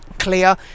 clear